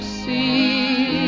see